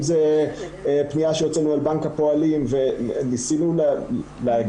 אם זה פניה שהוצאנו אל בנק הפועלים וניסינו להגדיר